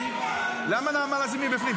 למה נעמה לזימי בפנים?